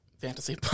fantasy